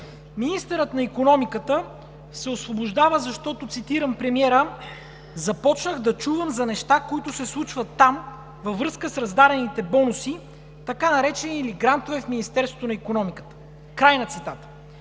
Министърът на икономиката се освобождава, защото, цитирам премиера: „Започнах да чувам за неща, които се случват там във връзка с раздадените бонуси – така наречени, или грантове в Министерството на икономиката“, край на цитата.